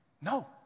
No